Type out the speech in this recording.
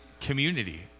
community